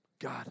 God